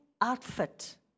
outfit